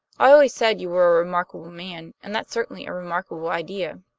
i always said you were a remarkable man and that's certainly a remarkable idea.